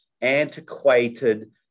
antiquated